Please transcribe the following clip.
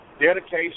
dedication